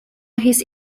his